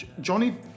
Johnny